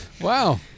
wow